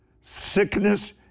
Sickness